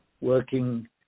working